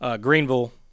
Greenville